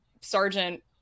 sergeant